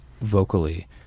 vocally